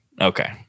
Okay